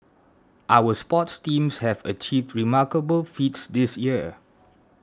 our sports teams have achieved remarkable feats this year